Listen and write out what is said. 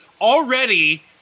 already